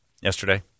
yesterday